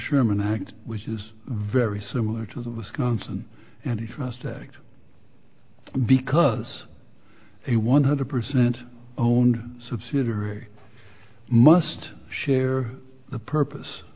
sherman act which is very similar to the wisconsin and trust act because a one hundred percent owned subsidiary must share the purpose